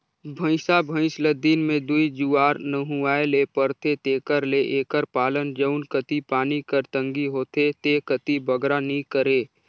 भंइसा भंइस ल दिन में दूई जुवार नहुवाए ले परथे तेकर ले एकर पालन जउन कती पानी कर तंगी होथे ते कती बगरा नी करें